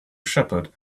shepherd